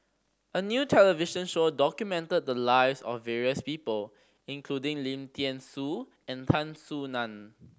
a new television show documented the lives of various people including Lim Thean Soo and Tan Soo Nan